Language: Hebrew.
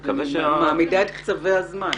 אני מקווה --- אני מעמידה את הזמנים.